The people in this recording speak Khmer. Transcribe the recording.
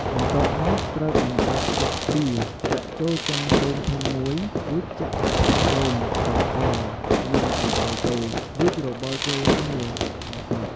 បន្ទាប់មកត្រូវបំបែកស៊ុតទាដាក់ចូលចានគោមធំមួយ រួចចាក់ខ្ទិះដូង ស្ករស និងអំបិលចូល រួចច្របល់ចូលគ្នាឲ្យសព្វ។